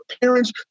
parents